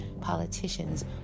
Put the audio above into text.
politicians